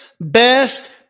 best